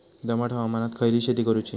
दमट हवामानात खयली शेती करूची?